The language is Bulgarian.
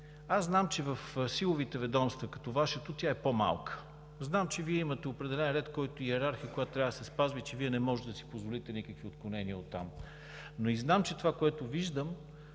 Аз знам, че в силови ведомства като Вашето тя е по-малка. Знам, че Вие имате определен ред и йерархия, които трябва да се спазват и че Вие не можете да си позволите никакви отклонения, но знам, че това, което виждам,